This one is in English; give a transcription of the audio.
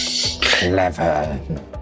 Clever